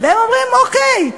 והם אומרים: אוקיי,